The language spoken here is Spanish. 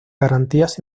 garantías